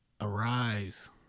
arise